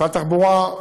משרד התחבורה,